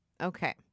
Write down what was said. Okay